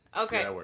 Okay